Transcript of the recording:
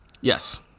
Yes